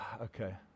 Okay